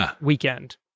weekend